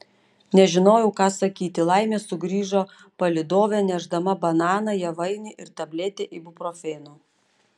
nežinojau ką sakyti laimė sugrįžo palydovė nešdama bananą javainį ir tabletę ibuprofeno